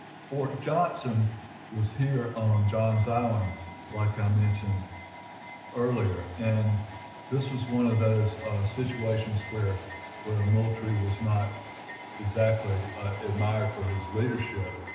fort johnson was here on john's island like i mentioned earlier and this was one of those situations where where ah moultrie was not exactly admired for his leadership.